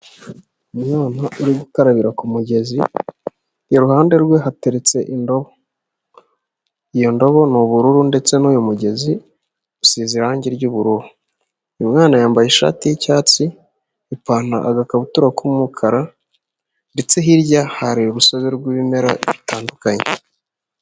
Umwana uri gukarabira ku mugezi, iruhande rwe hateretse indobo. Iyo ndobo ni ubururu ndetse n'uyu mugezi usize irangi ry'ubururu. Uyu mwana yambaye ishati y'icyatsi, ipantaro, agakabutura k'umukara ndetse hirya hari urusobe rw'ibimera bitandukanye.